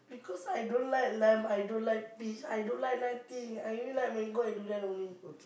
because I don't like lime I don't like fish I don't like nothing I really like mango and durian only